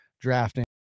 drafting